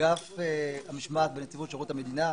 אגף המשמעת בנציבות שירות המדינה,